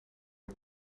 het